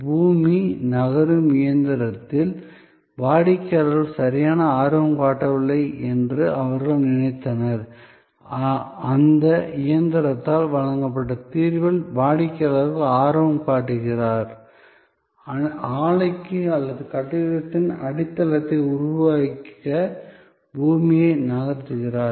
பூமி நகரும் இயந்திரத்தில் வாடிக்கையாளர் சரியாக ஆர்வம் காட்டவில்லை என்று அவர்கள் நினைத்தனர் அந்த இயந்திரத்தால் வழங்கப்பட்ட தீர்வில் வாடிக்கையாளர் ஆர்வம் காட்டுகிறார் ஆலைக்கு அல்லது கட்டிடத்திற்கான அடித்தளத்தை உருவாக்க பூமியை நகர்த்துகிறார்